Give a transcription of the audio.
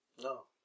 No